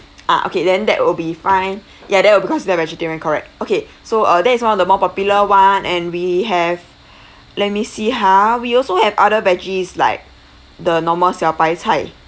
ah okay then that will be fine ya that were because they're vegetarian correct okay so uh that is one of the more popular one and we have let me see ha we also have other veggies like the normal 小白菜